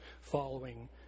following